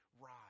Rise